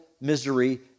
misery